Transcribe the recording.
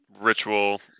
ritual